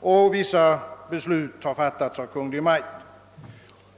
och vissa beslut har fattats av Kungl. Maj:t.